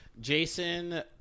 Jason